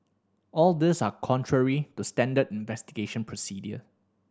all these are contrary to standard investigation procedure